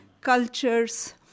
cultures